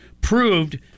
proved